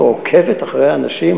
או עוקבת אחרי אנשים,